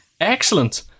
excellent